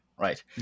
Right